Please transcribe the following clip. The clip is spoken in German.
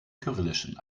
kyrillischen